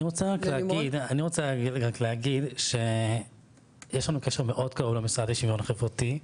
אני רוצה רק להגיד שיש לנו קשר מאוד קרוב למשרד לשוויון החברתי,